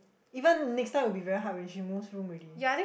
even next time will be very hard when she moves room already